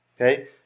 okay